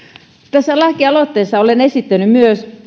tässä lakialoitteessa olen esittänyt myös